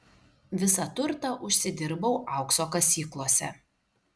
visą turtą užsidirbau aukso kasyklose